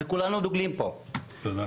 זה מאוד חשוב לנו.